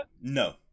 No